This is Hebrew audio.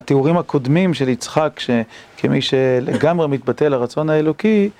התיאורים הקודמים של יצחק כמי שלגמרי מתבטא לרצון האלוקי